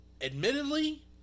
admittedly